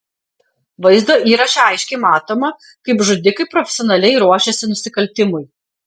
vaizdo įraše aiškiai matoma kaip žudikai profesionaliai ruošiasi nusikaltimui